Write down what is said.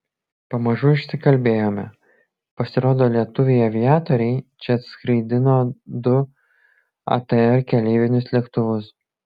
pamažu išsikalbėjome pasirodo lietuviai aviatoriai čia atskraidino du atr keleivinius lėktuvus